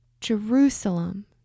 Jerusalem